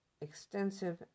extensive